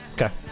Okay